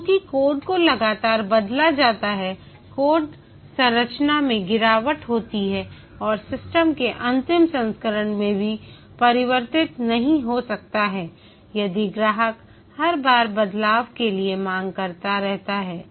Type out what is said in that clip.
चूंकि कोड को लगातार बदला जाता है कोड संरचना में गिरावट होती है और सिस्टम के अंतिम संस्करण में भी परिवर्तित नहीं हो सकता है यदि ग्राहक हर बार बदलाव के लिए मांग करता रहता है